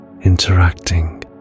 interacting